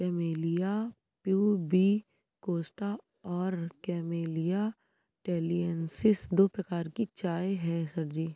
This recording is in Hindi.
कैमेलिया प्यूबिकोस्टा और कैमेलिया टैलिएन्सिस दो प्रकार की चाय है सर जी